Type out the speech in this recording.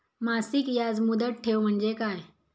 मासिक याज मुदत ठेव म्हणजे काय?